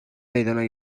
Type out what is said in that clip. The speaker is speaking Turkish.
meydana